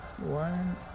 One